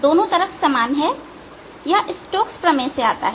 दोनों तरफ समान है यह स्टोक्स प्रमेय से आता है